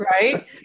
right